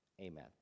amen